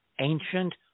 ancient